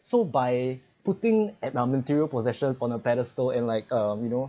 so by putting at a material possessions on a pedestal in like um you know